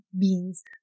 beans